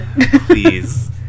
please